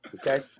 Okay